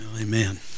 Amen